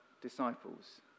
disciples